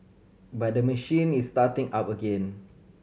but the machine is starting up again